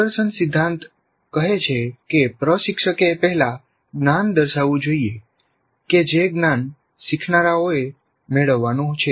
પ્રદર્શન સિદ્ધાંત કહે છે કે પ્રશિક્ષકે પહેલા જ્ઞાન દર્શાવવું જોઈએ કે જે જ્ઞાન શીખનારાઓએ મેળવવાનું છે